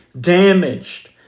damaged